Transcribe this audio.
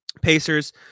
pacers